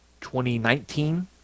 2019